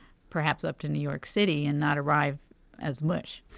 perhaps up to new york city, and not arrive as mush.